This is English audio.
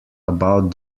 about